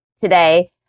today